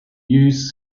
used